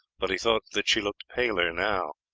but he thought that she looked paler now.